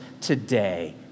today